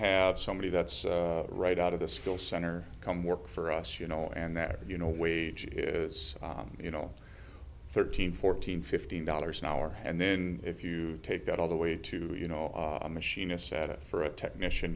have somebody that's right out of the school center come work for us you know and that you know wages you know thirteen fourteen fifteen dollars an hour and then if you take that all the way to you know a machinist set it for a technician